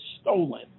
stolen